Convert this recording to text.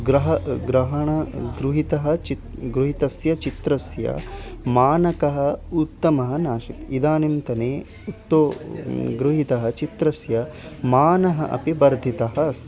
ग्रहणं किं ग्रहणं गृहीतं चित्रं गृहीतस्य चित्रस्य मानकः उत्तमः नाशितः इदानींतने उत गृहीतस्य चित्रस्य मानः अपि वर्धितः अस्ति